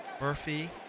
Murphy